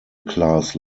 class